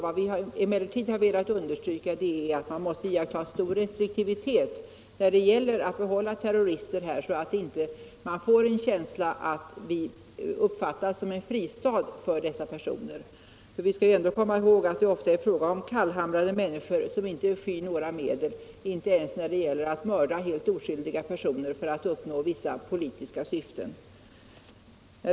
Vad vi emellertid har velat understryka är att man måste iaktta stor restriktivitet när det gäller att behålla terrorister här i landet, så att det inte uppfattas som en fristad för dessa personer. Vi skall ändå komma ihåg att det ofta är fråga om kallhamrade människor som inte skyr några medel, inte ens när det gäller att mörda helt oskyldiga personer för att uppnå vissa politiska syften.